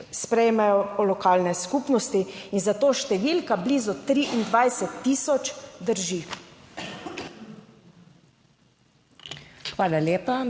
sprejmejo lokalne skupnosti. In zato številka blizu 23 tisoč drži.